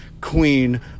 queen